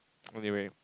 anyway